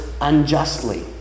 unjustly